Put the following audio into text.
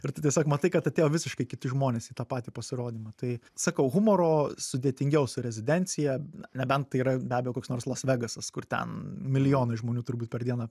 ir tu tiesiog matai kad atėjo visiškai kiti žmonės į tą patį pasirodymą tai sakau humoro sudėtingiau su rezidencija nebent tai yra be abejo koks nors las vegasas kur ten milijonai žmonių turbūt per dieną